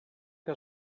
que